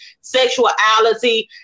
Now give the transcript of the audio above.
sexuality